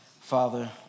Father